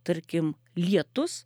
tarkim lietus